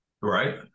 right